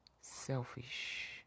selfish